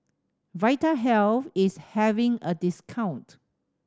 Vitahealth is having a discount